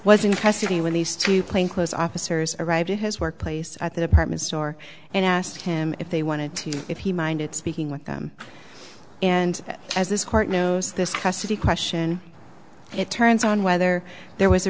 in custody when these two plainclothes officers arrived at his workplace at the department store and asked him if they wanted to if he minded speaking with them and that as this court knows this custody question it turns on whether there was a